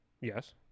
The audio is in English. Yes